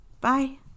Bye